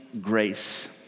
grace